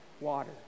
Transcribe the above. water